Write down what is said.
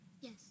Yes